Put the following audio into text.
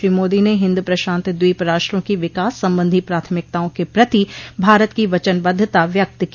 श्री मादी ने हिंद प्रशांत द्वीप राष्ट्रों की विकास संबंधी प्राथमिकताओं के प्रति भारत की वचनबद्वता व्यक्त की